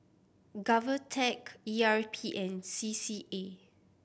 GovTech E R P and C C A